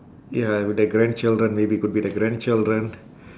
ya with the grandchildren maybe could be the grandchildren